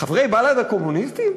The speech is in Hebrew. חברי בל"ד הקומוניסטים?